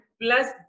plus